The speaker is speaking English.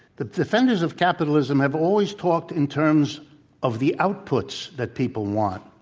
the defenders of capitalism have always talked in terms of the outputs that people want.